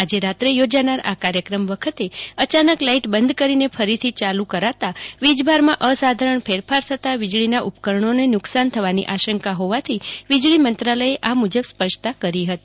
આજે રાત્રે યોજાનાર કાર્યક્રમ વખતે અયાનક લાઈટ બંધ કરીને ફરીથી યાલુ કરતા વીજ ભારમાં અસાધારણ ફેરફાર થતાં વીજળીના ઉપકરણીને નુ કસાન થવાની આશંકા હોવાથી વીજળી મંત્રાલયે આ મુજબ સ્પષ્ટતા કરી છે